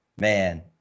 man